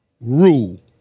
rule